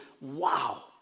wow